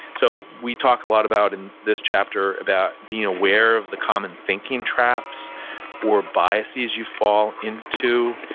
so we talk a lot about in this chapter about being aware of the common thinking traps or biases you fall into.